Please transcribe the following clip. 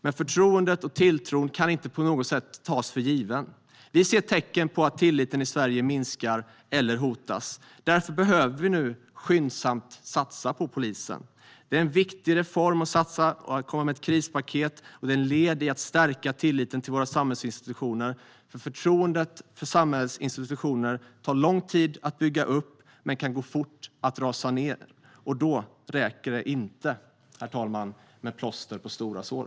Men förtroende och tillit kan inte på något sätt tas för givna. Vi ser tecken på att tilliten minskar eller hotas, och därför behöver vi nu skyndsamt satsa på polisen. Det är en viktig reform att satsa på. Det behövs ett krispaket som ett led i att stärka tilliten till våra samhällsinstitutioner, eftersom förtroendet för samhällets institutioner tar lång tid att bygga upp men kan gå fort att rasera. Då räcker det inte, herr talman, med plåster på stora sår.